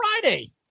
Friday